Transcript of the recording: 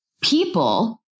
people